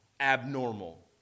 abnormal